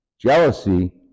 Jealousy